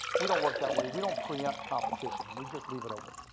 we don't work that way. we don't preempt competition. we just leave it open.